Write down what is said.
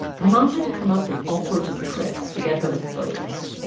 her mom had to come up with all sorts of tricks to get her to focus